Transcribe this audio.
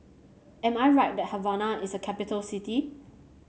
am I right that Havana is a capital city